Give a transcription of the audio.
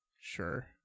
Sure